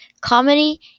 comedy